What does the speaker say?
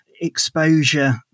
exposure